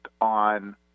on